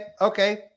okay